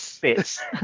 bits